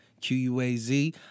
Q-U-A-Z